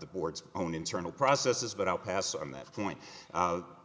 the board's own internal processes but i'll pass on that point